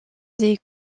des